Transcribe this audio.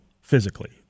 physically